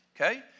Okay